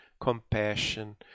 compassion